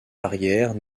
arrière